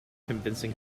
convincing